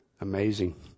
Amazing